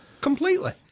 completely